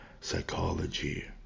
psychology